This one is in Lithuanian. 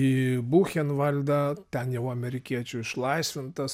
į buchenvaldą ten jau amerikiečių išlaisvintas